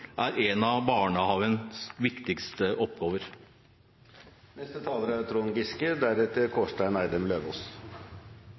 er en av barnehagens viktigste